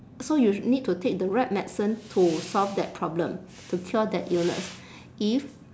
so you need to take the right medicine to solve that problem to cure that illness if